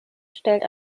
stellt